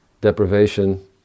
deprivation